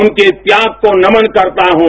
उनके त्याग को नमन करता हूं